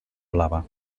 blava